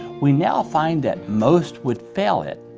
we now find that most would fail it.